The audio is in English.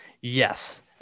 Yes